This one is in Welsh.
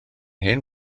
hen